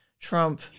Trump